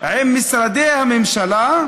עם משרדי הממשלה,